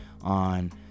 on